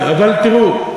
אבל תראו,